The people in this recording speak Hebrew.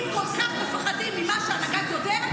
אם כל כך מפחדים ממה שהנגד יודע,